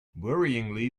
worryingly